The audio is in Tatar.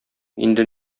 инде